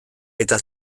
eta